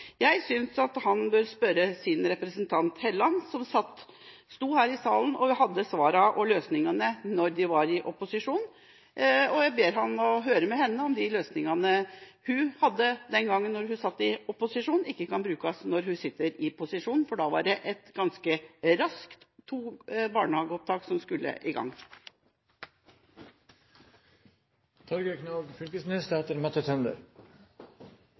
Jeg synes han bør spørre sin representant Hofstad Helleland, som når de var i opposisjon, sto her i salen og hadde svarene og løsningene. Jeg ber ham høre med henne om ikke den løsningen hun hadde da hun var i opposisjon, ikke kan brukes når hun er i posisjon – for den gangen skulle de ganske raskt i gang med to barnehageopptak.